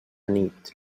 nit